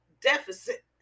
deficit